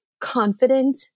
confident